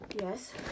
Yes